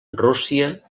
rússia